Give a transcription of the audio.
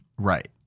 Right